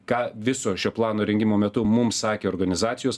ką viso šio plano rengimo metu mums sakė organizacijos